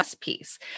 piece